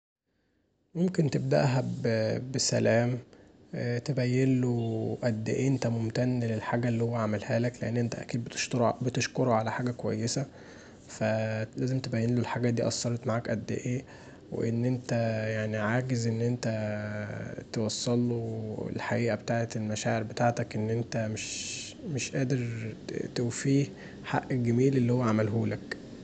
ممكن تبدأ بسلام تبينله قد ايه انت ممتن للحاجه اللي هو عملهالك لان انت اكيد بتشكره علي حاجه كويسه فلازم تبينله الحاجه دي اثرت معاك قد ايه وان انت عاجز ان انت توصله الحقيقه بتاعة المشاعر بتاعتك، ان انت مش قادر توفيه حق الجميل اللي هو عملهولك